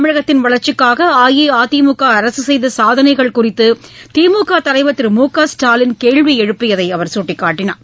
தமிழகத்தின் வளர்ச்சிக்காக அஇஅதிமுக அரசு செய்த சாதனைகள் குறித்து திமுக தலைவர் திரு மு க ஸ்டாலின் கேள்வி எழுப்பியதை அவர் சுட்டிக்காட்டினார்